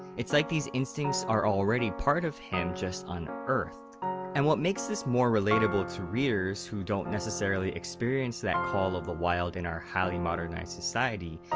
it's like these instincts are already a part of him, just unearthed. and what makes this more relatable to readers, who don't necessary experience that call of the wild in our highly modernized society,